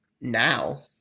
Now